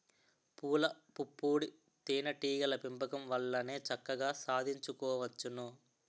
పూలపుప్పొడి తేనే టీగల పెంపకం వల్లనే చక్కగా సాధించుకోవచ్చును